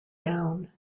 down